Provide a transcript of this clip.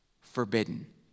forbidden